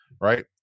right